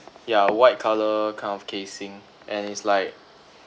yeah white colour kind of casing and it's like